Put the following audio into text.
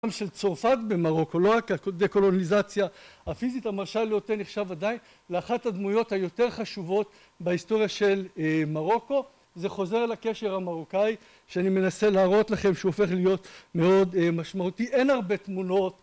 של צרפת במרוקו, לא רק הקולוניזציה הפיזית המרשה ליותר נחשב עדיין לאחת הדמויות היותר חשובות בהיסטוריה של מרוקו זה חוזר אל הקשר המרוקאי שאני מנסה להראות לכם שהופך להיות מאוד משמעותי אין הרבה תמונות